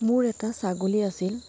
মোৰ এটা ছাগলী আছিল